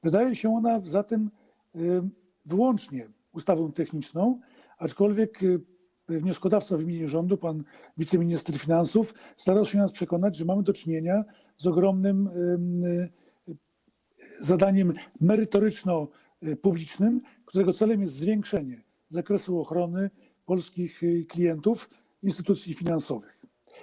Wydaje się ona zatem wyłącznie ustawą techniczną, aczkolwiek wnioskodawca występujący w imieniu rządu, pan wiceminister finansów starał się nas przekonać, że mamy do czynienia z ogromnym zadaniem merytoryczno-publicznym, którego celem jest zwiększenie zakresu ochrony polskich klientów instytucji finansowych.